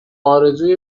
آرزوی